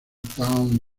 town